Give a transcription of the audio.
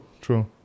true